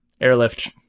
airlift